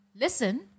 listen